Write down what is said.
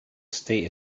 stay